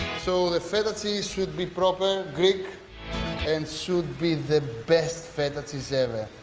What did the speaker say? so, the feta cheese should be proper, greek and should be the best feta cheese ever.